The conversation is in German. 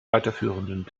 weiterführenden